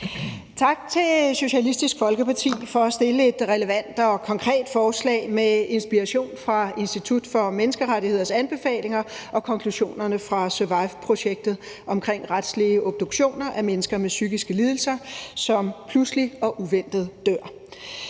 Tak til Socialistisk Folkeparti for at fremsætte et relevant og konkret forslag med inspiration fra Institut for Menneskerettigheders anbefalinger og konklusionerne fra SURVIVE-projektet omkring retslige obduktioner af mennesker med psykiske lidelser, som pludseligt og uventet dør.